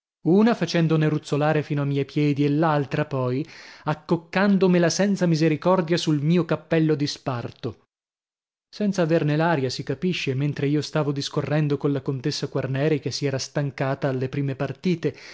una facendone ruzzolare fino a miei piedi e l'altra poi accoccandomela senza misericordia sul mio cappello di sparto senza averne l'aria si capisce mentre io stavo discorrendo colla contessa quarneri che si era stancata alle prime partite